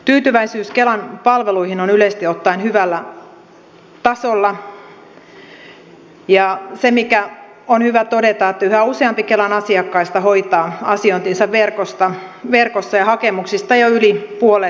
tyytyväisyys kelan palveluihin on yleisesti ottaen hyvällä tasolla ja on hyvä todeta että yhä useampi kelan asiakkaista hoitaa asiointinsa verkossa ja hakemuksista jo yli puolet tehtiin verkossa